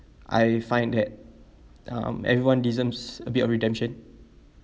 I find that um everyone deserves a bit of redemption